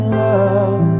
love